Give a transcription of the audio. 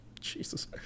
Jesus